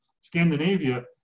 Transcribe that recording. Scandinavia